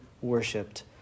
worshipped